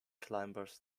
climbers